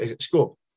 school